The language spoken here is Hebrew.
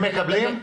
הם מקבלים?